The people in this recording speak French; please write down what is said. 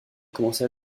commence